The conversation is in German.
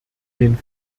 den